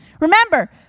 Remember